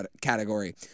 category